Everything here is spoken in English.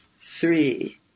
three